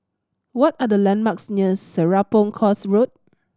what are the landmarks near Serapong Course Road